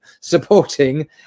supporting